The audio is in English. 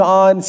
on